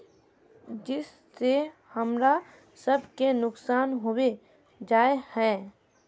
जिस से हमरा सब के नुकसान होबे जाय है?